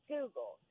Google